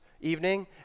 evening